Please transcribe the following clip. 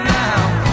now